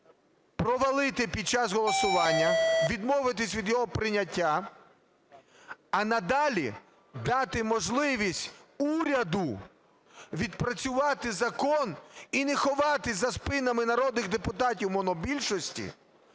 провалити під час голосування, відмовитись від його прийняття. А надалі дати можливість уряду відпрацювати закон, і не ховатись за спинами народних депутатів монобільшості,